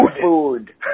food